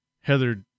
Heather